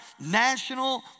national